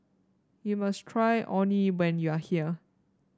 you must try Orh Nee when you are here